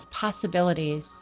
possibilities